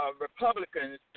Republicans